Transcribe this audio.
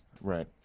Right